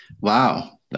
Wow